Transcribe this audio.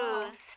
proves